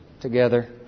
together